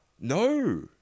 No